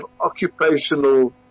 occupational